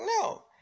no